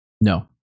No